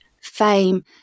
fame